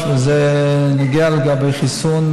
אני רואה בו מהפכה של ממש,